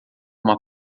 uma